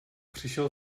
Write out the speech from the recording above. přišel